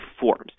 forms